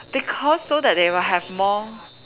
because so that they will have more